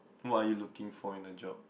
what are you looking for in a job